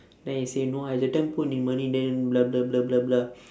then he say no I that time put the money then blah blah blah blah blah